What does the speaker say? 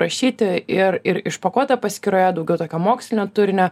rašyti ir ir išpakuota paskyroje daugiau tokio mokslinio turinio